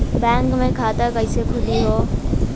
Bank मे खाता कईसे खुली हो?